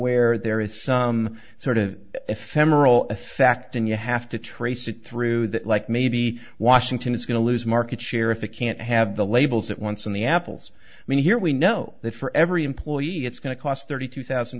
where there is some sort of ephemeral effect and you have to trace it through that like maybe washington is going to lose market share if it can't have the labels it once and the apples i mean here we know that for every employee it's going to cost thirty two thousand